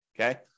okay